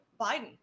biden